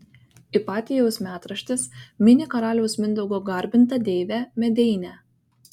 ipatijaus metraštis mini karaliaus mindaugo garbintą deivę medeinę